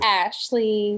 ashley